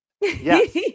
Yes